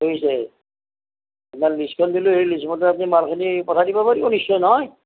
বুইছে আপ্নাক লিষ্টখন দিলে সেই লিষ্ট মতে আপ্নি মালখিনি পঠাই দিব পাৰিব নিশ্চয় নহয়